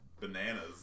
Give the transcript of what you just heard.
bananas